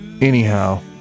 anyhow